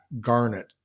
garnet